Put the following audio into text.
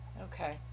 Okay